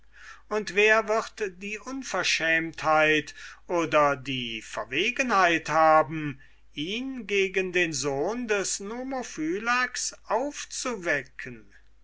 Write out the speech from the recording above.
und wer wird die unverschämtheit oder die verwegenheit haben ihn gegen den sohn des nomophylax aufzuwecken